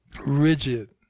rigid